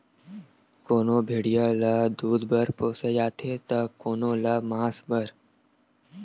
कोनो भेड़िया ल दूद बर पोसे जाथे त कोनो ल मांस बर